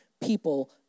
people